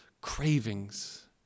cravings